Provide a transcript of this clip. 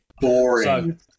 boring